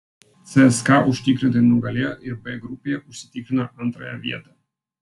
cska užtikrintai nugalėjo ir b grupėje užsitikrino antrąją vietą